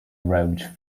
road